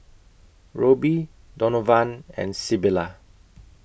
Roby Donovan and Sybilla